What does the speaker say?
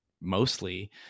mostly